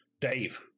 Dave